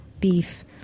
beef